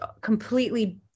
completely